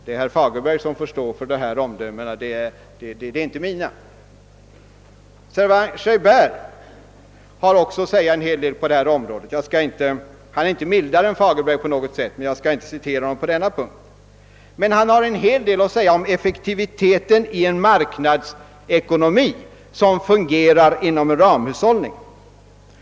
Det är herr Fagerberg som får stå för de här omdömena. De är inte mina. Servan-Schreiber har också en hel del att säga. på detta område, och han är inte mildare än Fagerberg, men jag skall inte citera honom på denna punkt. Han har däremot en hel del att säga om effektiviteten i en marknadsekonomi som fungerar inom en ramhushållning.